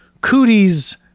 Cootie's